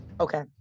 Okay